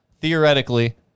theoretically